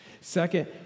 Second